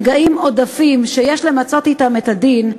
נגעים עודפים שיש למצות אתם את הדין,